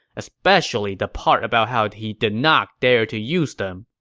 especially the part about how he did not dare to use them.